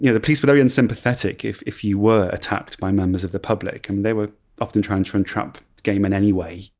you know the police were very unsympathetic if if you were attacked by members of the public, and they were often trying to and entrap gay men anyway.